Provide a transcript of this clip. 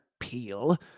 appeal